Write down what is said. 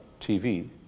TV